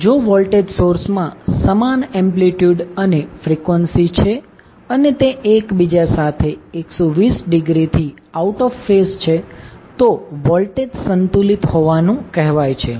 તેથી જો voltage source માં સમાન એમ્પ્લિટ્યૂડ અને ફ્રીક્વન્સી છે અને તે એકબીજા સાથે 120 ડિગ્રીથી આઉટ ઓફ ફેઝ છે તો વોલ્ટેજ સંતુલિત હોવાનું કહેવાય છે